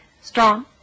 strong